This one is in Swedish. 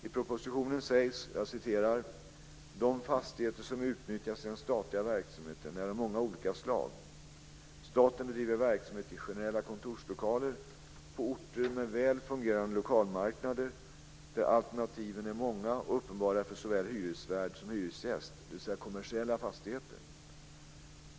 I propositionen sägs bl.a.: "De fastigheter som utnyttjas i den statliga verksamheten är av många olika slag. Staten bedriver verksamhet i generella kontorslokaler på orter med väl fungerande lokalmarknader där alternativen är många och uppenbara för såväl hyresvärd som hyresgäst, dvs. kommersiella fastigheter.